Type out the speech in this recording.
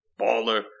Baller